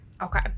Okay